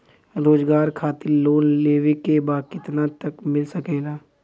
रोजगार खातिर लोन लेवेके बा कितना तक मिल सकेला?